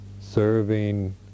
serving